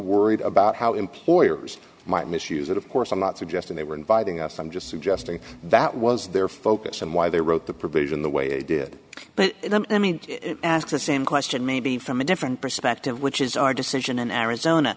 worried about how employers might misuse it of course i'm not suggesting they were inviting us i'm just suggesting that was their focus and why they wrote the provision the way they did but let me ask the same question maybe from a different perspective which is our decision in arizona